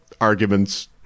arguments